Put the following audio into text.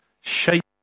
shape